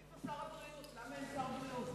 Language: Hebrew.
איפה שר הבריאות, למה אין שר בריאות?